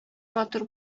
матур